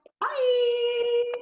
Bye